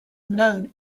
known